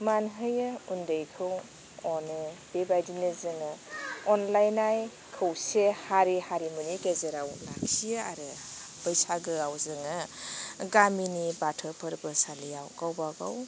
मान होयो उन्दैखौ अनो बेबायदिनो जोङो अनलायनाय खौसे हारि हारिमुनि गेजेराव लाखियो आरो बैसागोआव जोङो गामिनि बाथौ फोर्बो सालियाव गावबागाव